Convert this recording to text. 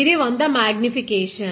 ఇది 100 X magnification